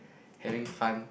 having fun